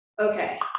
okay